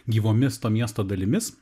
gyvomis to miesto dalimis